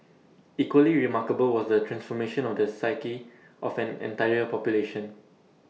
equally remarkable was the transformation of the psyche of an entire population